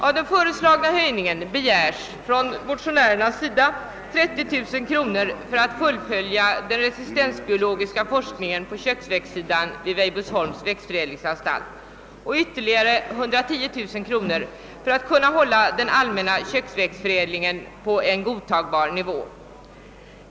Av den anslagshöjning motionärerna begärt avser 30 000 kronor arbetet på att fullfölja den resistensbiologiska forskningen på köksväxtsidan vid Weibullsholms växtförädlingsanstalt. Dessutom har 110 000 kronor begärts för att hålla den allmänna köksväxtförädlingen på godtagbar nivå.